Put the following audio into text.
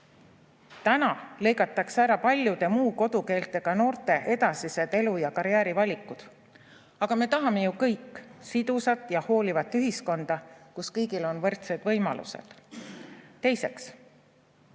Täna lõigatakse ära paljude muu kodukeelega noorte edasised elu‑ ja karjäärivalikud. Aga me tahame ju kõik sidusat ja hoolivat ühiskonda, kus kõigil on võrdsed võimalused. Teiseks